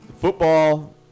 football